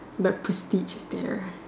the prestige there